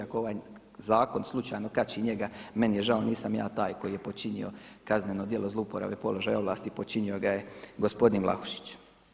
Ako ovaj zakon slučajno kači njega, meni je žao, nisam ja taj koji je počinio kazneno djelo zlouporabe položaja i ovlasti, počinio ga je gospodin Vlahušić.